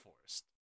forest